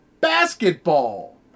basketball